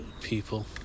people